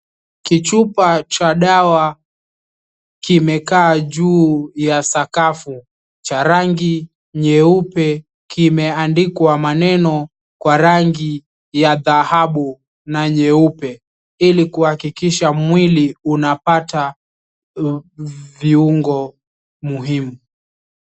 Kichupa cha dawa kimekaa juu ya sakafu, cha rangi nyeupe kimeandikwa maneno kwa rangi ya dhahabu na nyeupe ili kuhakikisha mwili unapata viungo muhimu.